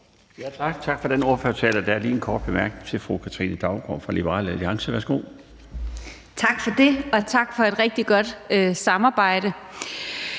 Tak for den ordførertale. Der er lige en kort bemærkning til fru Katrine Daugaard fra Liberal Alliance. Værsgo. Kl. 18:59 Katrine Daugaard (LA): Tak for det, og tak for et rigtig godt samarbejde.